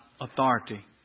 authority